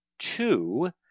Two